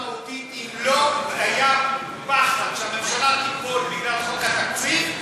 השאלה המהותית היא: אם לא היה פחד שהממשלה תיפול בגלל חוק התקציב,